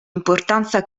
importanza